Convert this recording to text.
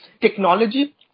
technology